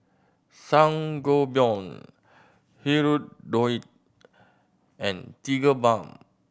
Sangobion Hirudoid and Tigerbalm